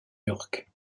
york